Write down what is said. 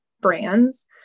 brands